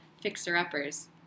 fixer-uppers